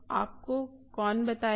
आपको कौन बताएगा